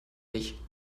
nicht